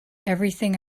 everything